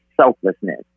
selflessness